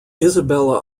isabella